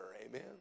amen